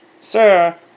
Sir